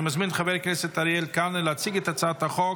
אני מזמין את חבר הכנסת אריאל קלנר להציג את הצעת החוק,